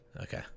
Okay